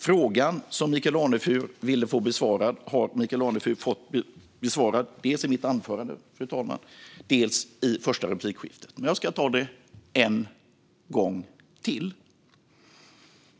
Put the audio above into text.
Frågan som Michael Anefur ville få besvarad har han fått besvarad, fru talman, dels i mitt anförande, dels i det första replikskiftet. Men jag ska ta det en gång till.